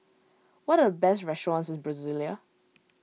what are the best restaurants in Brasilia